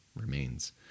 remains